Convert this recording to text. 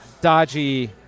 dodgy